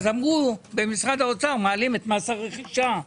אז אמרו במשרד האוצר שמעלים את מס הרכישה.